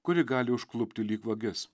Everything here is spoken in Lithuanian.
kuri gali užklupti lyg vagis